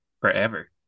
forever